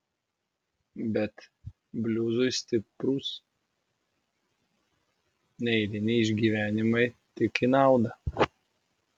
bet bliuzui stiprūs neeiliniai išgyvenimai tik į naudą